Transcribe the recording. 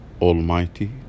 Almighty